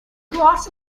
grass